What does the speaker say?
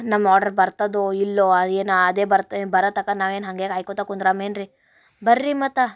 ನಮ್ಮ ಆರ್ಡ್ರ್ ಬರ್ತದೋ ಇಲ್ವೋ ಏನು ಅದೇ ಬರ್ತಾ ಬರೋ ತನಕ ನಾವೇನು ಹಾಗೇ ಕಾಯ್ಕೋತ ಕುಂದ್ರಮೇನು ರಿ ಬನ್ರಿ ಮತ್ತೆ